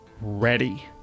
ready